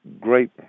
great